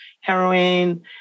heroin